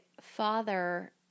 father